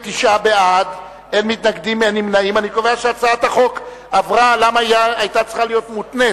ההצעה להעביר את הצעת חוק ביטוח בריאות ממלכתי (תיקון,